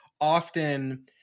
often